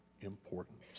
important